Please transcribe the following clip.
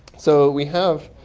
so we have